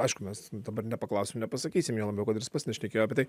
aišku mes dabar nepaklausim nepasakysim juo labiau kad ir jis pats nešnekėjo apie tai